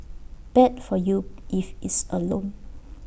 bad for you if it's A loan